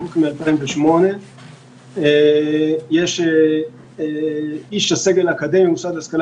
חוק מ-2008 יש איש סגל אקדמי ממוסד להשכלה